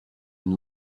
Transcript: and